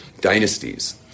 dynasties